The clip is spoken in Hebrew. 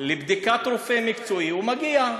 לבדיקת רופא מקצועי, הוא מגיע,